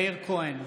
מאיר כהן,